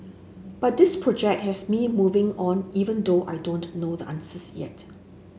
but this project has me moving on even though I don't know the answers yet